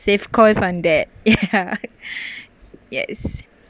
save cost on that ya yes